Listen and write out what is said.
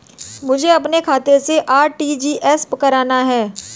मुझे अपने खाते से आर.टी.जी.एस करना?